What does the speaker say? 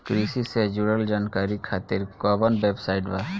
कृषि से जुड़ल जानकारी खातिर कोवन वेबसाइट बा?